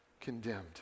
condemned